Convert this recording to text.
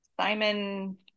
simon